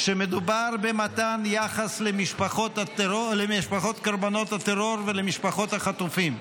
כשמדובר במתן יחס למשפחות קורבנות הטרור ולמשפחות החטופים,